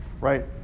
right